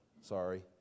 Sorry